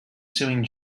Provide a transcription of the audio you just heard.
suing